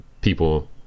people